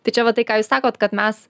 tai čia va tai ką jūs sakot kad mes